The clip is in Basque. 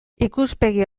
ikuspegi